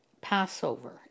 Passover